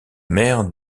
maire